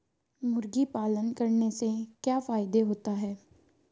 मुर्गी पालन करने से क्या फायदा होता है?